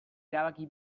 erabaki